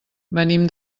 venim